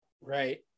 Right